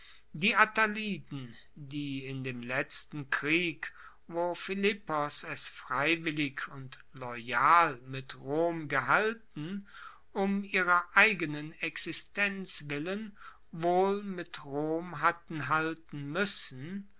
die attaliden die in dem letzten krieg wo philippos es freiwillig und loyal mit rom gehalten um ihrer eigenen existenz willen wohl mit rom hatten halten muessen